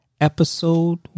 Episode